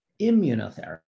immunotherapy